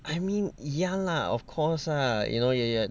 I mean ya lah of course lah you know yeah yeah